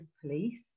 Police